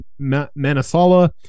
Manasala